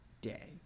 day